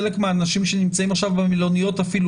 חלק מהאנשים שנמצאים עכשיו במלוניות אפילו